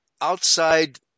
outside